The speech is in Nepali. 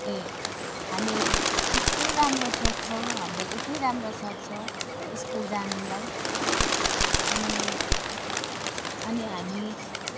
ए हामी यस्तो राम्रो सोच्छौँ हाम्रो यति राम्रो सोच्छौँ स्कुल जानलाई अनि अनि हामी